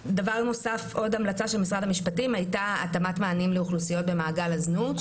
עוד המלצה של משרד המשפטים הייתה התאמת מענים לאוכלוסיות במעגל הזנות.